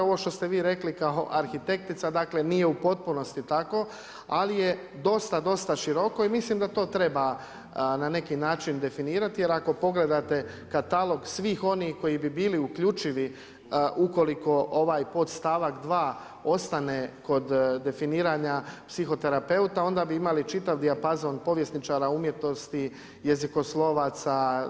Ovo što ste vi rekli kao arhitektica, dakle nije u potpunosti tako ali je dosta, dosta široko i mislim da to treba na neki način definirati jer ako pogledate katalog svih onih koji bi bili uključivi ukoliko ovaj podstavak 2. ostane kod definiranja psihoterapeuta onda bi imali čitav dijapazon povjesničara umjetnosti, jezikoslovaca.